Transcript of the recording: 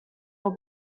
will